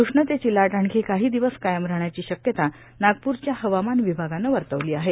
उष्णतेची लाट आणखी काही दिवस कायम राहण्याची शक्यता नागप्रच्या हवामान विभागानं वर्तवली आहे